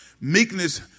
meekness